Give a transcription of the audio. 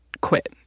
quit